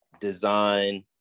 design